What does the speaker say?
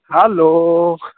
hello